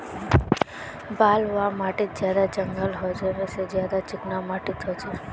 बलवाह माटित ज्यादा जंगल होचे ने ज्यादा चिकना माटित होचए?